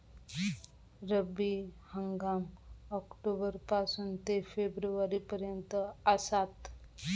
रब्बी हंगाम ऑक्टोबर पासून ते फेब्रुवारी पर्यंत आसात